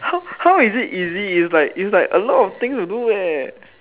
how how is it easy it's like it's like a lot of things to do leh